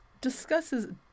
discusses